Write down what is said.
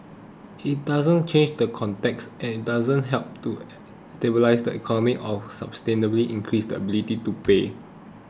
it doesn't change the context it doesn't help to stabilise the economy or substantially increase its ability to pay